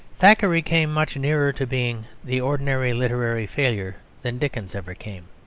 thackeray came much nearer to being the ordinary literary failure than dickens ever came.